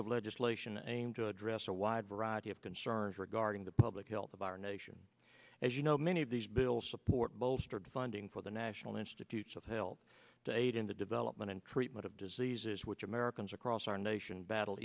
of legislation aimed to address a wide variety of concerns regarding the public health of our nation as you know many of these bills support bolstered funding for the national institutes of health to aid in the development and treatment of diseases which americans across our nation battle